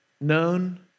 known